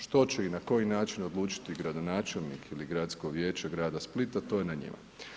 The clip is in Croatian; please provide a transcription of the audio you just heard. Što će i na koji način odlučiti gradonačelnik ili gradsko vijeće grada Splita to je na njima.